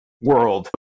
world